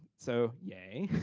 so yeah,